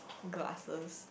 glasses